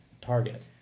target